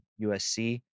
USC